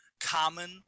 common